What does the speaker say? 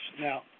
Now